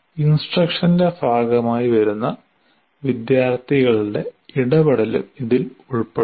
ഇൻസ്ട്രക്ഷന്റെ ഭാഗമായി വരുന്ന വിദ്യാർത്ഥികളുടെ ഇടപെടലും ഇതിൽ ഉൾപ്പെടും